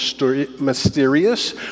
mysterious